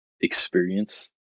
experience